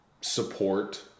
support